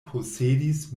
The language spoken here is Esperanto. posedis